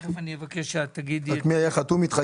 לכן אני מבקש ממך להגיד בקצרה את ההיסטוריה